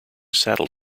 saddle